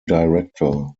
director